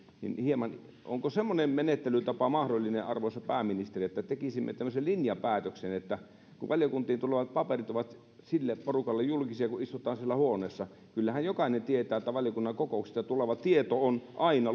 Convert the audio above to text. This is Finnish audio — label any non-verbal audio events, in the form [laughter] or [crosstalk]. niin onko semmoinen menettelytapa mahdollinen arvoisa pääministeri että tekisimme tämmöisen linjapäätöksen että valiokuntiin tulevat paperit ovat sille porukalle julkisia jotka istuvat siellä huoneessa kyllähän jokainen tietää että valiokunnan kokouksista tuleva tieto on aina [unintelligible]